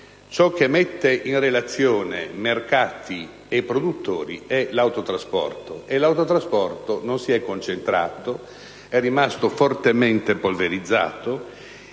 Ciò che mette in relazione mercati e produttori è l'autotrasporto e questo non si è concentrato, è rimasto fortemente polverizzato,